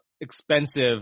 expensive